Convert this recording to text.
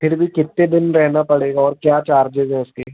फिर भी कितने दिन रहना पड़ेगा और क्या चार्जेज हैं उसके